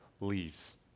leaves